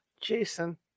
Jason